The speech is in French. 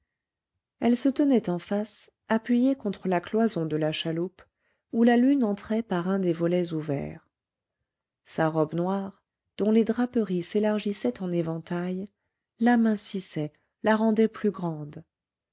elle se tenait en face appuyée contre la cloison de la chaloupe où la lune entrait par un des volets ouverts sa robe noire dont les draperies s'élargissaient en éventail l'amincissait la rendait plus grande